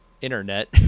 internet